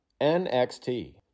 NXT